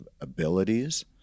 abilities